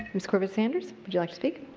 ms. corbett sanders, would you like to speak?